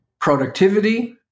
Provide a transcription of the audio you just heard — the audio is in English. productivity